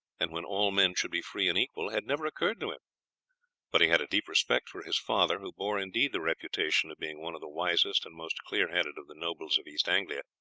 and when all men should be free and equal, had never occurred to him but he had a deep respect for his father, who bore indeed the reputation of being one of the wisest and most clear-headed of the nobles of east anglia,